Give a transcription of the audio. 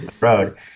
road